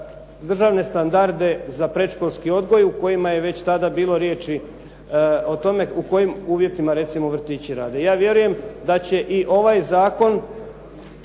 državne standarde za predškolski odgoj u kojima je već tada bilo riječi o tome u kojim uvjetima recimo vrtići rade. Ja vjerujem da će i ovaj zakon